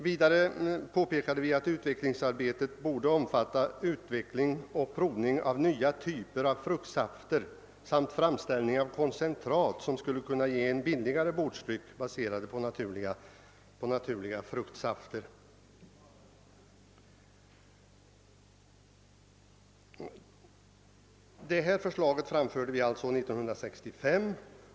Vidare påpekade vi att utvecklingsarbetet borde omfatta utveckling och provning av nya typer av fruktsafter samt framställning av koncentrat som skulle kunna ge en billigare bordsdryck baserad på naturliga fruktsafter. Detta förslag framförde vi 1965.